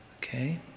Okay